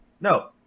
No